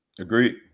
Agreed